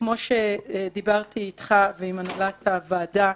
כמו שדיברתי איתך ועם הנהלת הוועדה,